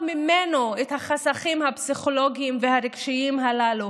ממנו את החסכים הפסיכולוגיים והרגשיים הללו,